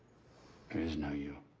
there is no you.